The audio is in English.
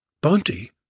Bounty